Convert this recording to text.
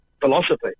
philosophy